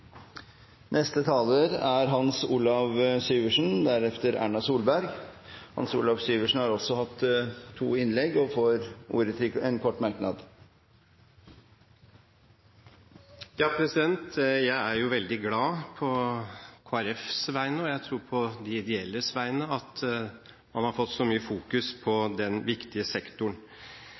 er det det handler om. Representanten Hans Olav Syversen har hatt ordet to ganger tidligere og får ordet til en kort merknad, begrenset til 1 minutt. Jeg er veldig glad på Kristelig Folkepartis vegne – og jeg tror på den ideelle sektorens vegne – for at man har satt denne viktige sektoren så mye i fokus.